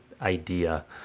idea